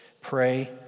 Pray